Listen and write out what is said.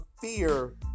fear